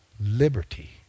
liberty